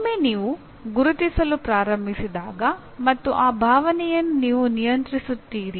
ಒಮ್ಮೆ ನೀವು ಗುರುತಿಸಲು ಪ್ರಾರಂಭಿಸಿದಾಗ ಮತ್ತು ಆ ಭಾವನೆಯನ್ನು ನೀವು ನಿಯಂತ್ರಿಸುತ್ತೀರಿ